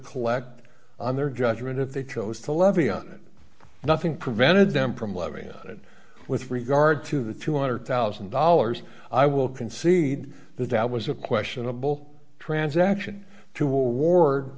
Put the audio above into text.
collect on their judgment if they chose to levy on it nothing prevented them from levy on it with regard to the two hundred thousand dollars i will concede that that was a questionable transaction